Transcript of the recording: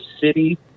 city